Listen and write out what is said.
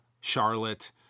Charlotte